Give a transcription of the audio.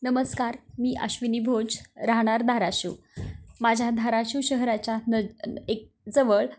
नमस्कार मी आश्विनी भोज राहणार धाराशिव माझ्या धाराशिव शहराच्या न एकजवळ